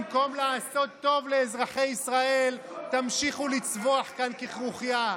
במקום לעשות טוב לאזרחי ישראל תמשיכו לצווח כאן ככרוכיה.